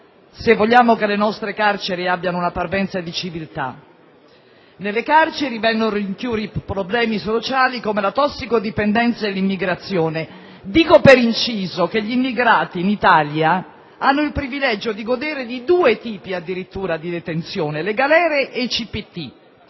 se vogliamo che le nostre carceri abbiano una parvenza di civiltà. Nelle carceri vengono rinchiusi problemi sociali come la tossicodipendenza e l'immigrazione. Dico per inciso che gli immigrati in Italia hanno il privilegio di godere di due tipi addirittura di detenzione: le galere e i CPT,